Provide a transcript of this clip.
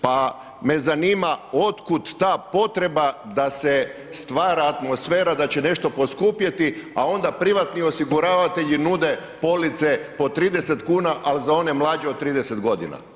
Pa me zanima otkud ta potreba da se stvara atmosfera da će nešto poskupjeti a onda privatni osiguravatelji nude police po 30 kuna ali za one mlađe od 30 godina?